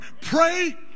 pray